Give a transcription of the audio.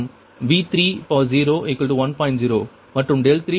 0 மற்றும் 30 0